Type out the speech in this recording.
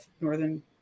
Northern